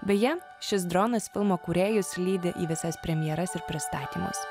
beje šis dronas filmo kūrėjus lydi į visas premjeras ir pristatymus